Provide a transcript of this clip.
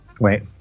Wait